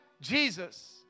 Jesus